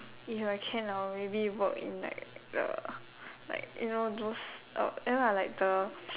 if I can I'll maybe work in like the like you know those uh ya like the